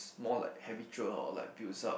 more like habitual or like builds up